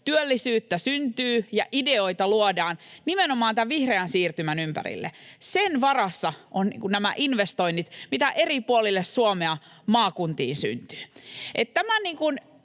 työllisyyttä syntyy ja ideoita luodaan nimenomaan tämän vihreän siirtymän ympärille. Sen varassa ovat nämä investoinnit, mitä eri puolille Suomea maakuntiin syntyy.